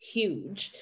huge